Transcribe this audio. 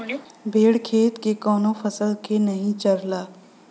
भेड़ खेत के कवनो फसल के नाही चरला